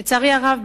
לצערי הרב,